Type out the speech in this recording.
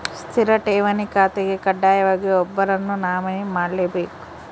ಸ್ಥಿರ ಠೇವಣಿ ಖಾತೆಗೆ ಕಡ್ಡಾಯವಾಗಿ ಒಬ್ಬರನ್ನು ನಾಮಿನಿ ಮಾಡ್ಲೆಬೇಕ್